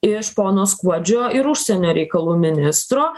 iš pono skuodžio ir užsienio reikalų ministro